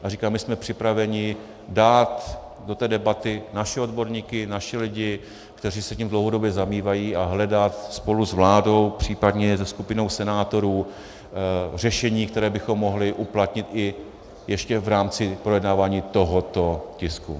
A říkám, my jsme připraveni dát do té debaty naše odborníky, naše lidi, kteří se tím dlouhodobě zabývají, a hledat spolu s vládou, případně se skupinou senátorů řešení, které bychom mohli uplatnit i ještě v rámci projednávání tohoto tisku.